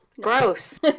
gross